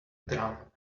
drum